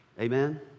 Amen